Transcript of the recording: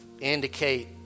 indicate